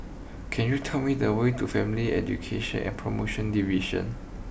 can you tell me the way to Family Education and promotion Division